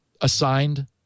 Assigned